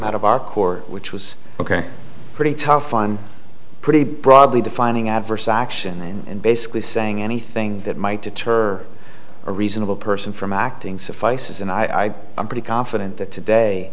out of our core which was ok pretty tough on pretty broadly defining adverse action and basically saying anything that might deter a reasonable person from acting suffices and i am pretty confident that today